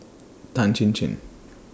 Tan Chin Chin